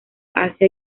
asia